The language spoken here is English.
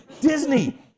Disney